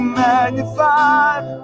magnified